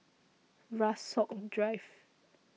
Rasok Drive